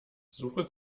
suche